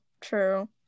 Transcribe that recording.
true